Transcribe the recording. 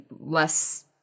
less